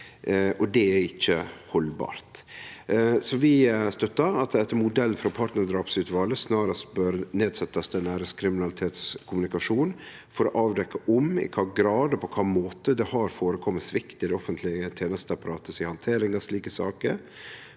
Det er ikkje haldbart. Vi støttar at det etter modell frå partnardrapsutvalet snarast bør setjast ned ein æreskriminalitetskommisjon for å avdekkje om i kva grad og på kva måte det har førekome svikt i det offentlege tenesteapparatet si handtering av slike saker,